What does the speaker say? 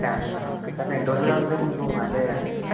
సెవెంత్నా okay sir ఎన్ని రోజులు కావాలి సార్ మీకు అంటే